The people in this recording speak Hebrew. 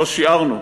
לא שיערנו,